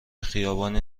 خیابانی